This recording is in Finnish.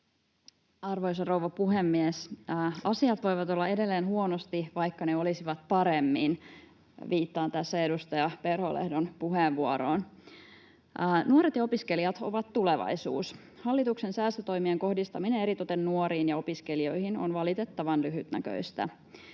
Arvoisa rouva puhemies! Asiat voivat olla edelleen huonosti, vaikka ne olisivat paremmin — viittaan tässä edustaja Perholehdon puheenvuoroon. Nuoret ja opiskelijat ovat tulevaisuus. Hallituksen säästötoimien kohdistaminen eritoten nuoriin ja opiskelijoihin on valitettavan lyhytnäköistä.